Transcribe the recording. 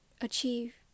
achieve